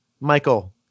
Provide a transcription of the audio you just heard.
Michael